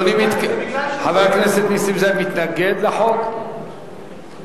חבר הכנסת נסים זאב מתנגד לחוק או